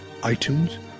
iTunes